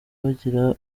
bagira